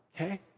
okay